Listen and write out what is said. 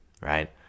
right